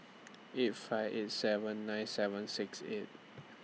eight five eight seven nine seven six eight